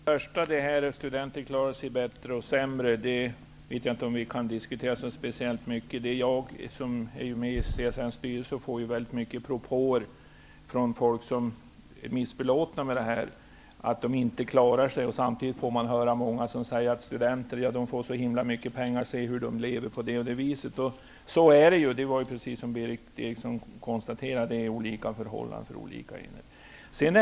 Herr talman! Det faktum att studenter klarar sig bättre och sämre vet jag inte om vi kan diskutera så speciellt mycket. Jag är med i CSN:s styrelse och får många propåer från folk som är missbelåtna med att de inte klarar sig. Samtidigt får jag höra många andra säga att studenter får så mycket pengar och att de lever på det och det viset. Så är det ju. Precis som Berith Eriksson konstaterade har olika individer olika förhållanden.